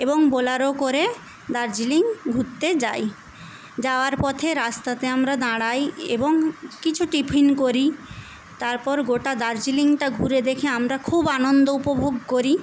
এবং বোলেরো করে দার্জিলিং ঘুরতে যাই যাওয়ার পথে রাস্তাতে আমরা দাঁড়াই এবং কিছু টিফিন করি তারপর গোটা দার্জিলিংটা ঘুরে দেখে আমরা খুব আনন্দ উপভোগ করি